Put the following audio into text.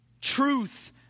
Truth